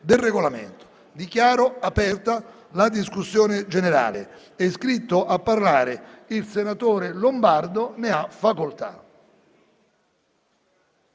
del Regolamento. Dichiaro aperta la discussione generale. È iscritto a parlare il senatore Lombardo. Ne ha facoltà.